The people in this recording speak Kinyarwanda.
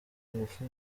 ngufu